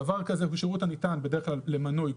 דבר כזה הוא שירות הניתן בדרך כלל למנוי,